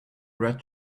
red